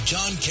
John